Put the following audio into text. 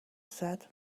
said